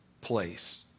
place